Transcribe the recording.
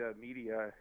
media